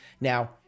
Now